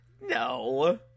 No